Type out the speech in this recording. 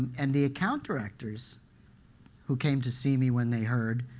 and the account directors who came to see me when they heard,